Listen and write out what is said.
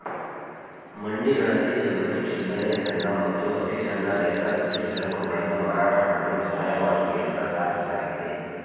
ಮಂಡಿಗಳಲ್ಲಿ ಸಗಟು, ಚಿಲ್ಲರೆ ಸಣ್ಣ ಮತ್ತು ಅತಿಸಣ್ಣ ರೈತರ ಕೃಷಿ ಸರಕುಗಳನ್ನು ಮಾರಾಟ ಮಾಡಲು ಸಹಾಯವಾಗ್ಲಿ ಅಂತ ಸ್ಥಾಪಿಸಲಾಗಿದೆ